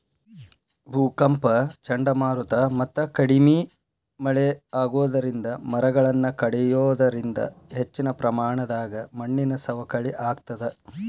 ಭೂಕಂಪ ಚಂಡಮಾರುತ ಮತ್ತ ಕಡಿಮಿ ಮಳೆ ಆಗೋದರಿಂದ ಮರಗಳನ್ನ ಕಡಿಯೋದರಿಂದ ಹೆಚ್ಚಿನ ಪ್ರಮಾಣದಾಗ ಮಣ್ಣಿನ ಸವಕಳಿ ಆಗ್ತದ